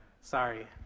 Sorry